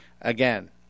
Again